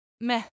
meh